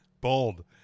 bold